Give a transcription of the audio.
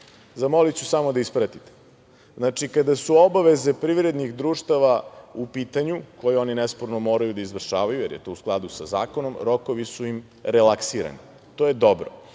Zamoliću samo da ispratite. Znači, kada su obaveze privrednih društava u pitanju koji oni nesporno moraju da izvršavaju, jer je to u skladu sa zakonom, rokovi su ima relaksirani. To je dobro,